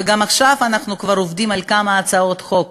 וגם עכשיו אנחנו כבר עובדים על כמה הצעות חוק